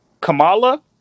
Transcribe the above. Kamala